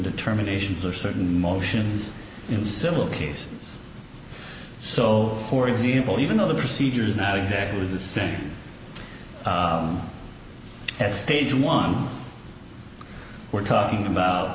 determinations or certain motions in civil cases so for example even though the procedure is not exactly the same as stage one we're talking about